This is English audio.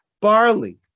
barley